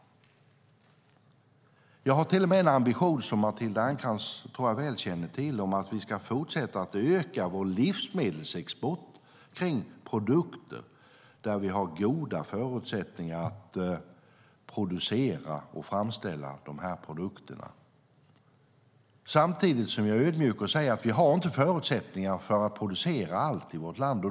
Jag har till och med en ambition, som jag tror att Matilda Ernkrans känner till, om att vi ska fortsätta att öka vår livsmedelsexport kring produkter som vi har goda förutsättningar att producera och framställa. Samtidigt är jag ödmjuk och säger att vi inte har förutsättningar för att producera allt i vårt land.